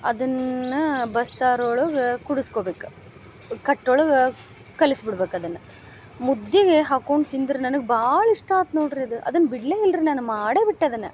ಅದನ್ನ ಬಸ್ಸಾರು ಒಳಗೆ ಕುಡಸ್ಕೊಬೇಕು ಈ ಕಟ್ ಒಳಗ ಕಲಸ್ಬಿಡ್ಬೇಕು ಅದನ್ನ ಮುದ್ದಿಗೆ ಹಾಕೊಂಡು ತಿಂದ್ರೆ ನನಗೆ ಭಾಳ ಇಷ್ಟ ಆತು ನೋಡ್ರಿ ಅದ ಅದನ್ನ ಬಿಡ್ಲೇ ಇಲ್ರೀ ನಾನು ಮಾಡೇಬಿಟ್ಟೆ ಅದನ್ನ